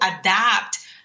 adapt